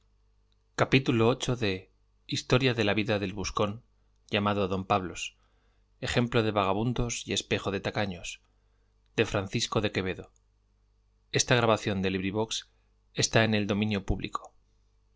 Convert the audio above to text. gutenberg ebook historia historia de la vida del buscón llamado don pablos ejemplo de vagamundos y espejo de tacaños de francisco de quevedo y villegas libro primero capítulo i en que